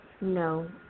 No